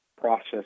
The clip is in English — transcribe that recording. process